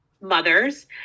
mothers